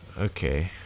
Okay